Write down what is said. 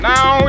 Now